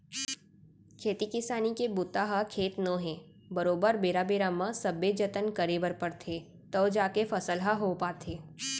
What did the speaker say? खेती किसानी के बूता ह खेत नो है बरोबर बेरा बेरा म सबे जतन करे बर परथे तव जाके फसल ह हो पाथे